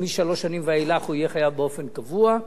ומשלוש שנים ואילך הוא יהיה חייב באופן קבוע,